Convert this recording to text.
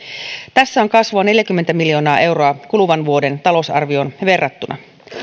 tässä on kasvua neljäkymmentä miljoonaa euroa kuluvan vuoden talousarvioon verrattuna